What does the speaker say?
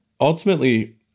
ultimately